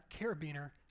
carabiner